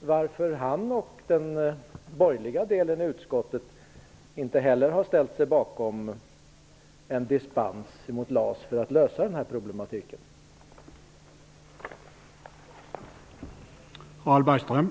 varför inte heller han och den borgerliga delen i utskottet har ställt sig bakom förslaget om dispens från LAS för att göra det möjligt att bereda arbete åt fler människor som nu är arbetslösa.